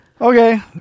Okay